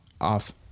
off